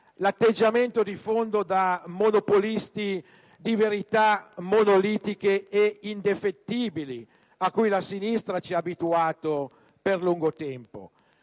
l'atteggiamento di fondo da monopolisti di verità monolitiche e indefettibili a cui la sinistra ci ha abituati per lungo tempo.